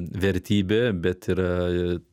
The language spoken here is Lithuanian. vertybė bet yra